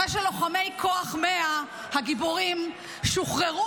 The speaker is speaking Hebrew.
אחרי שלוחמי כוח 100 הגיבורים שוחררו